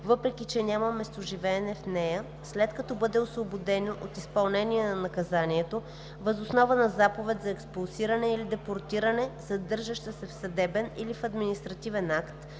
въпреки че няма местоживеене в нея, след като бъде освободено от изпълнение на наказанието въз основа на заповед за експулсиране или депортиране, съдържаща се в съдебен или в административен акт,